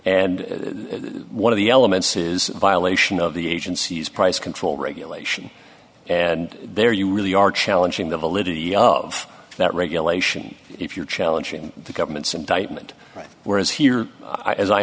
and one of the elements is a violation of the agency's price control regulation and there you really are challenging the validity of that regulation if you're challenging the government's indictment whereas here as i